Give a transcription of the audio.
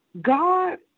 god